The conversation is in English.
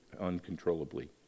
uncontrollably